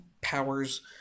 powers